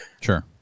Sure